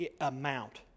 amount